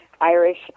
Irish